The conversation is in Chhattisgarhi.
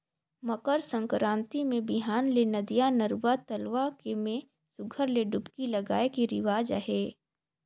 मकर संकरांति मे बिहान ले नदिया, नरूवा, तलवा के में सुग्घर ले डुबकी लगाए के रिवाज अहे